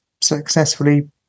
successfully